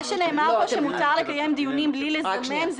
שמותר לקיים דיונים בלי לזמן,